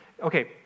Okay